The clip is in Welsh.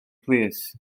plîs